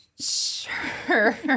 Sure